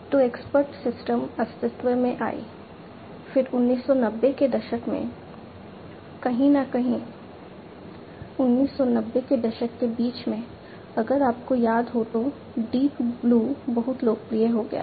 तो expert systems अस्तित्व में आई फिर 1990 के दशक में कहीं न कहीं 1990 के दशक के बीच में अगर आपको याद हो तो डीप ब्लू बहुत लोकप्रिय हो गया था